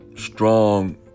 strong